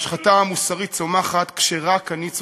ההשחתה המוסרית צומחת כשרק אני צודק,